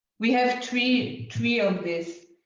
we have three three of these.